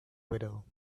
widow